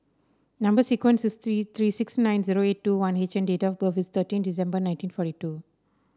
number sequence is three three six nine zero eight two one H and date of birth is thirteen December nineteen forty two